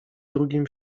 drugim